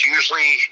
Usually